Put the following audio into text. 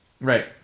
Right